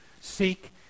seek